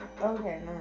Okay